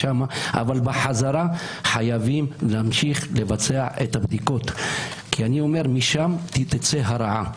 אבל בחזרה חייבים להמשיך לבצע את הבדיקות כי משם תצא הרעה.